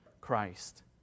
Christ